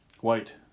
White